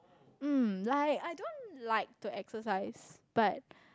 mm like I don't like to exercise but